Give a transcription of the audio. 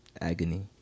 agony